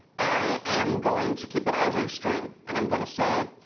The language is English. i am going to keep it as a string. and i'm going to say,